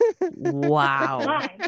Wow